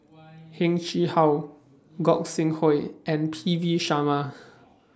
Heng Chee How Gog Sing Hooi and P V Sharma